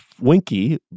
Winky